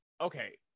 Okay